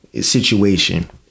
situation